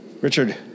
Richard